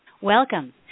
Welcome